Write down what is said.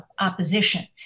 opposition